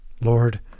Lord